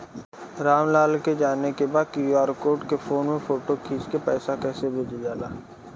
राम लाल के जाने के बा की क्यू.आर कोड के फोन में फोटो खींच के पैसा कैसे भेजे जाला?